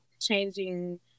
changing